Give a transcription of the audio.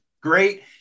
great